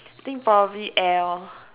I think probably air lor